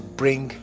bring